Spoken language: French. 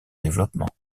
développement